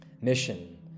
Mission